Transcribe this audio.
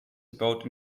about